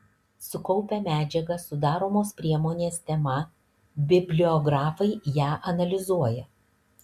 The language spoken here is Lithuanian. sukaupę medžiagą sudaromos priemonės tema bibliografai ją analizuoja